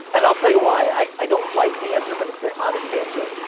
and i'll tell you why, i don't like the answer, but it's the honest answer,